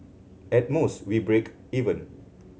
at most we break even